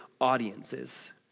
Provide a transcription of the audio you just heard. audiences